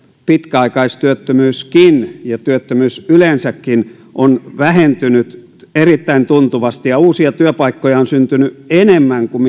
pitkäaikaistyöttömyyskin ja työttömyys yleensäkin on vähentynyt erittäin tuntuvasti ja uusia työpaikkoja on syntynyt enemmän kuin